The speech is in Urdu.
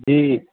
جی